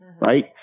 Right